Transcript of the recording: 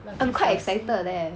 I'm quite excited leh